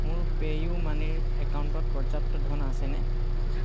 মোৰ PayU মানিৰ একাউণ্টত পৰ্যাপ্ত ধন আছেনে